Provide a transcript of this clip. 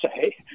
say